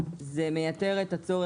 זה מייתר את הצורך,